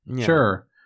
sure